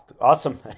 awesome